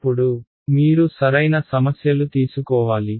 ఇప్పుడు మీరు సరైన సమస్యలు తీసుకోవాలి